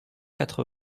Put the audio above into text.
quatre